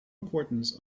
importance